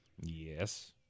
yes